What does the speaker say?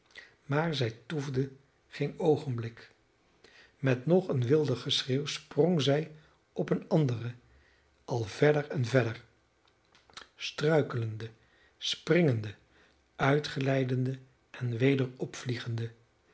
maar zij toefde geen oogenblik met nog een wilder schreeuw sprong zij op een andere al verder en verder struikelende springende uitglijdende en